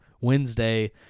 Wednesday